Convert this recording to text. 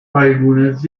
algunas